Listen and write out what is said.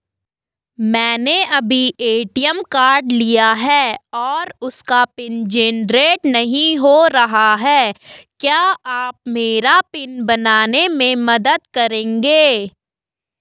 मैंने अभी ATM card लिया है और उसका पिन जेनरेट नहीं हो रहा है क्या आप मेरा पिन बनाने में मदद करेंगे?